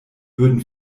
würden